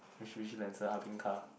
Mitsubishi Lancer ah beng car